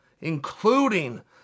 including